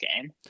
game